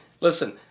Listen